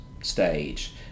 stage